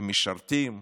הם משרתים,